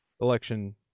election